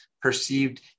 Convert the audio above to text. perceived